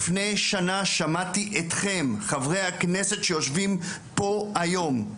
לפני שנה שמעתי אתכם, חברי הכנסת שיושבים פה היום,